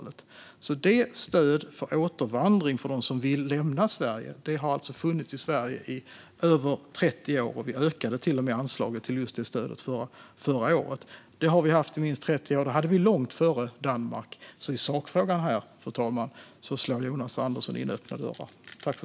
Ett stöd för återvandring till dem som vill lämna Sverige har alltså funnits här i över 30 år, och vi ökade till och med anslaget till just detta stöd förra året. Stödet har alltså funnits i minst 30 år, långt före Danmark. I sakfrågan slår Jonas Andersson därmed in öppna dörrar, fru talman.